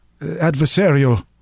adversarial